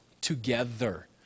together